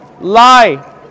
lie